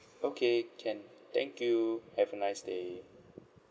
okay can thank you have a nice day